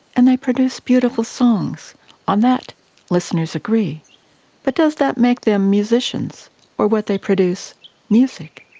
and they produce beautiful songs on that listeners agree but does that make them musicians or what they produce music?